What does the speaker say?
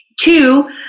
Two